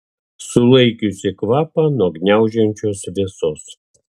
sulaikiusi kvapą nuo gniaužiančios vėsos